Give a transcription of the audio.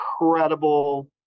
incredible